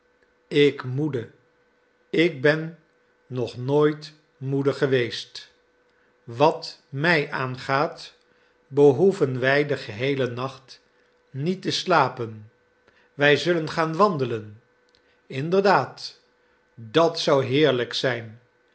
ik moede ik ben nog nooit moede geweest wat mij aangaat behoeven wij den geheelen nacht niet te slapen wij zullen gaan wandelen inderdaad dat zou heerlijk zijn